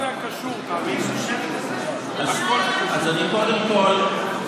אז קודם כול,